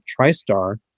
TriStar